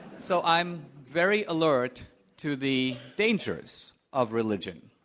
so i'm very alert to the dangers of religion.